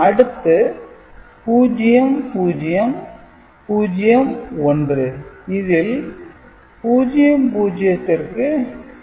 அடுத்து 0 0 0 1 இதில் 0 0 ற்கு 0